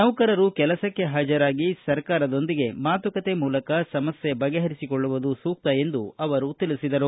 ನೌಕರರು ಕೆಲಸಕ್ಷೆ ಹಾಜರಾಗಿ ಸರ್ಕಾರದೊಂದಿಗೆ ಮಾತುಕತೆ ಮೂಲಕ ಸಮಸ್ಯೆ ಬಗೆಹರಿಸಿಕೊಳ್ಳುವುದು ಸೂಕ್ತ ಎಂದು ತಿಳಿಸಿದರು